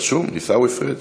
רשום: עיסאווי פריג'.